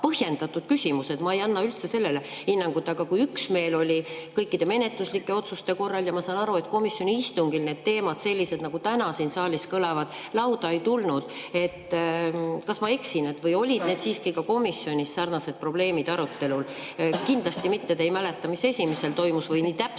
ma ei anna üldse sellele hinnangut. Aga kui üksmeel oli kõikide menetluslike otsuste korral, siis ma saan aru, et komisjoni istungil need teemad, sellised nagu täna siin saalis kõlavad, lauda ei tulnud. Kas ma eksin või olid siiski ka komisjonis sarnased probleemid arutelul? Kindlasti te ei mäleta täpselt, mis toimus esimesel